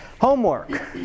Homework